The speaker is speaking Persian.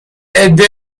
عده